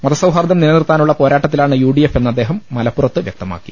മതസൌ ഹാർദ്ദം നിലനിർത്താനുള്ള പോരാട്ടത്തിലാണ് യു ഡി എഫ് എന്ന് അദ്ദേഹം മലപ്പുറത്ത് വൃക്തമാക്കി